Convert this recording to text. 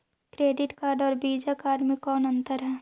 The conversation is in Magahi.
क्रेडिट कार्ड और वीसा कार्ड मे कौन अन्तर है?